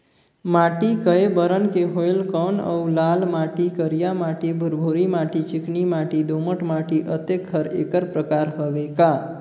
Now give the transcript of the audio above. माटी कये बरन के होयल कौन अउ लाल माटी, करिया माटी, भुरभुरी माटी, चिकनी माटी, दोमट माटी, अतेक हर एकर प्रकार हवे का?